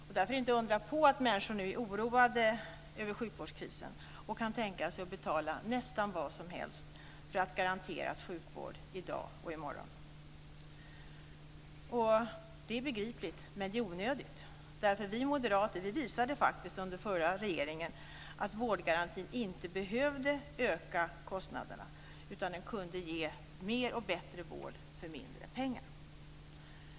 Därför är det inte undra på att människor nu är oroade av sjukvårdskrisen och kan tänka sig att betala nästan vad som helst för att garanteras sjukvård i dag och i morgon. Det är begripligt, men det är onödigt. Vi moderater visade faktiskt under förra regeringsperioden att vårdgarantin inte behövde öka kostnaderna, utan att den kunde ge mer och bättre vård för mindre pengar.